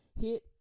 hit